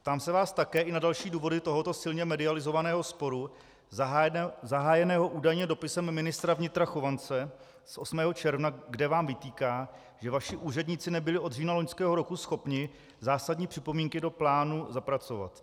Ptám se vás také i na další důvody tohoto silně medializovaného sporu zahájeného údajně dopisem ministra vnitra Chovance z 8. června, kde vám vytýká, že vaši úředníci nebyli od října loňského roku schopni zásadní připomínky do plánu zapracovat.